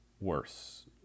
worse